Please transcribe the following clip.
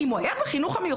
אם הוא היה בחינוך המיוחד,